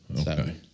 okay